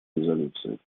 резолюции